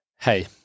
hey